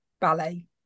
ballet